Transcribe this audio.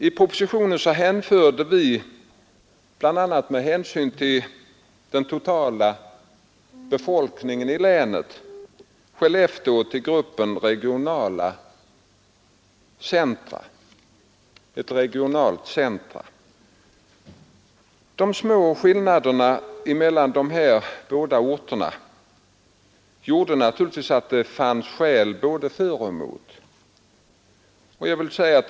I propositionen hänförde vi, bl.a. med hänsyn till den totala befolkningen i länet, Skellefteå till gruppen regionala centra. De små skillnaderna mellan de båda orterna gjorde naturligtvis att det fanns skäl både för och emot denna skillnad.